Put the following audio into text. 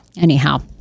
Anyhow